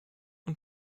und